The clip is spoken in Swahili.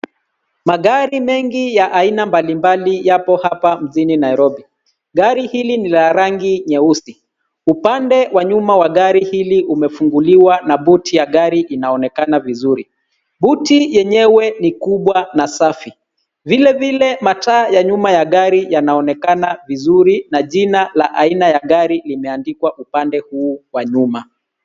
Magari mengi ya aina mbalimbali yapo hapa mjini Nairobi. Gari hili ni la rangi nyeusi. Upande wa nyuma wa gari hili umefunguliwa na buti ya gari inaonekana vizuri. Buti yenyewe ni kubwa na safi. Vile vile, mataa ya nyuma ya gari yanaonekana vizuri na jina la aina ya gari limeandikwa upande huu wa nyuma.